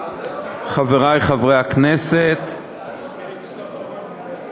חברי חברי הכנסת,